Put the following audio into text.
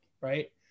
Right